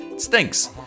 stinks